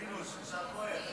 הסביבה לצורך